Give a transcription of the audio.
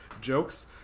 jokes